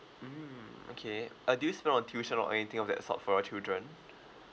mm okay uh do you spend on tuition or anything of that sort for your children